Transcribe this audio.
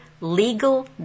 legal